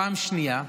פעם שנייה,